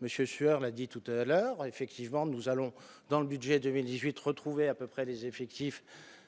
monsieur Sueur l'a dit tout à l'heure, effectivement, nous allons dans le budget 2018 retrouvé à peu près les effectifs